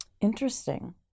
Interesting